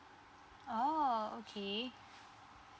oh okay